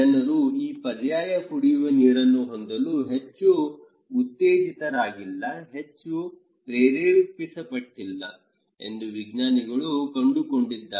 ಜನರು ಈ ಪರ್ಯಾಯ ಕುಡಿಯುವ ನೀರನ್ನು ಹೊಂದಲು ಹೆಚ್ಚು ಉತ್ತೇಜಿತರಾಗಿಲ್ಲ ಹೆಚ್ಚು ಪ್ರೇರೇಪಿಸಲ್ಪಟ್ಟಿಲ್ಲ ಎಂದು ವಿಜ್ಞಾನಿಗಳು ಕಂಡುಕೊಂಡಿದ್ದಾರೆ